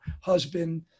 husband